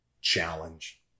Challenge